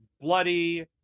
bloody